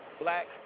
black